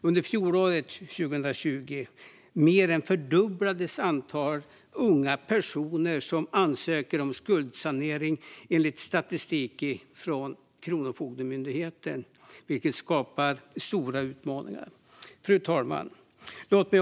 Under 2020 mer än fördubblades antalet unga personer som ansökte om skuldsanering, enligt statistik från Kronofogdemyndigheten, och det skapar stora utmaningar. Fru talman!